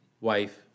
wife